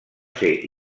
ser